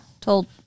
told